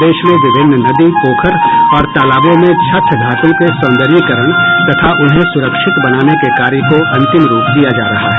प्रदेश में विभिन्न नदी पोखर और तालाबों में छठ घाटों के सौंर्दयीकरण तथा उन्हें सुरक्षित बनाने के कार्य को अंतिम रूप दिया जा रहा है